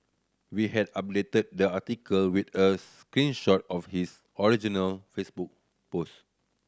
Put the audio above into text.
we had updated the article with a screen shot of his original Facebook post